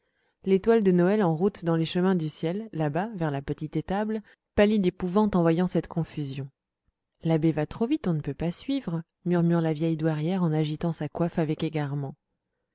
l'étoile de noël en route dans les chemins du ciel là-bas vers la petite étable pâlit d'épouvante en voyant cette confusion l'abbé va trop vite on ne peut pas suivre murmure la vieille douairière en agitant sa coiffe avec égarement